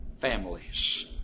families